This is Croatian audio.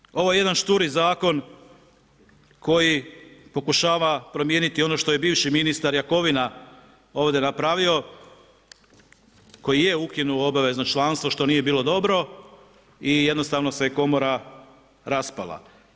Nažalost, ovo je jedan šturi Zakon koji pokušava promijeniti ono što je bivši ministar Jakovina ovdje napravio, koji je ukinuo obavezno članstvo, što nije bilo dobro i jednostavno se Komora raspala.